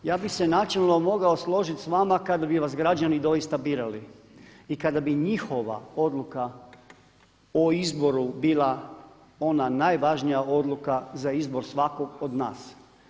Ja bih se načelno mogao složiti s vama kad bi vas građani doista birali i kada bi njihova odluka o izboru bila ona najvažnija odluka za izbor svakog od nas.